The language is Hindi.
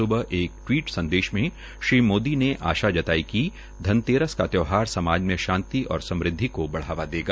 सूबह एक टवीट संदेश मे श्री मोदी ने आशा जताई कि ध्नतेरस का त्यौहार समाज शांति और समृद्वि को बढ़ावा देगा